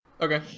Okay